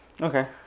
Okay